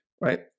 right